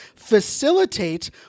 facilitate